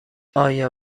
آیا